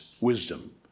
wisdom